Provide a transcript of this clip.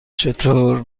چطور